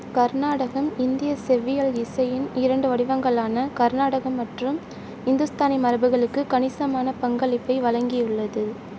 கர்நாடகம் இந்திய செவ்வியல் இசையின் இரண்டு வடிவங்களான கர்நாடக மற்றும் இந்துஸ்தானி மரபுகளுக்கு கணிசமான பங்களிப்பை வழங்கியுள்ளது